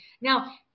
Now